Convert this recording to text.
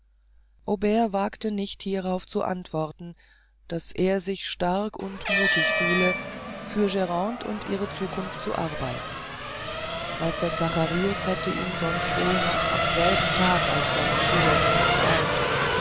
übermannten aubert wagte nicht hierauf zu antworten daß er sich stark und muthig fühle für grande und ihr zukunft zu arbeiten meister zacharius hätte ihn sonst wohl noch an demselben tage als seinen schwiegersohn umarmt